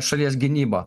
šalies gynybą